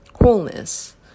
wholeness